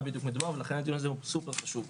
בדיוק מדובר ולכן הדיון הזה חשוב מאוד.